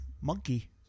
monkey